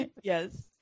Yes